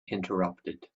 interrupted